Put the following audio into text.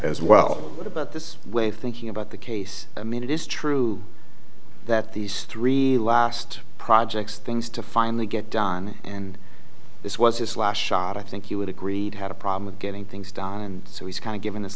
as well what about this way of thinking about the case i mean it is true that these three last projects things to finally get done and this was his last shot i think you would agree had a problem with getting things done and so he's kind of given his